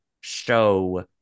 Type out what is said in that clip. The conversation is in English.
show